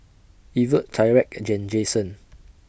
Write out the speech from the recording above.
Evert Tyrek and Jasen